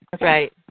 Right